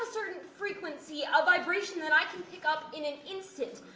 certain frequency, a vibration that i can pick up in an instant,